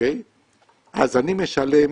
אז אני משלם,